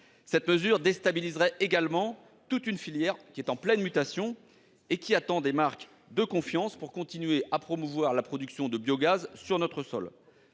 cette mesure déstabiliserait une filière en pleine mutation, qui attend des marques de confiance pour continuer à promouvoir la production de biogaz sur notre sol.